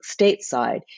stateside